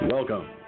Welcome